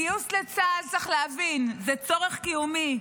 גיוס לצה"ל, צריך להבין, הוא צורך קיומי.